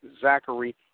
Zachary